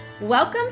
Welcome